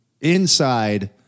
inside